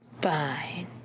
fine